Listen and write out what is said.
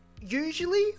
usually